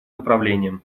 направлением